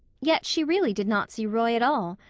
yet she really did not see roy at all.